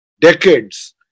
decades